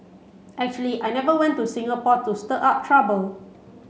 actually I never went to Singapore to stir up trouble